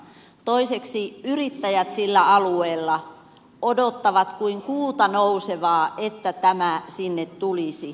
toiseksi yrittäjät sillä alueella odottavat kuin kuuta nousevaa että tämä sinne tulisi